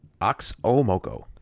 Oxomoco